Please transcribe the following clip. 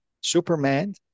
Superman